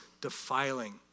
defiling